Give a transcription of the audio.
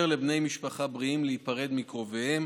לבני משפחה בריאים להיפרד מקרוביהם,